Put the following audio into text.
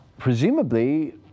presumably